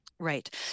Right